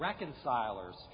reconcilers